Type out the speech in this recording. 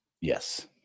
Yes